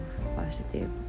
positive